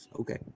Okay